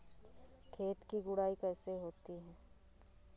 खेत की गुड़ाई कैसे होती हैं?